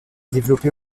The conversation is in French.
développé